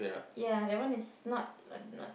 yea that one is not not not